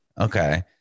Okay